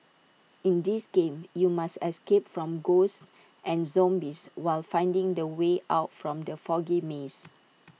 in this game you must escape from ghosts and zombies while finding the way out from the foggy maze